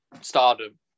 stardom